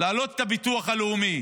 להעלות את הביטוח הלאומי